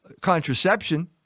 contraception